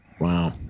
Wow